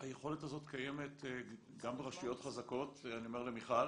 היכולת הזאת קיימת גם ברשויות חזקות אני אומר למיכל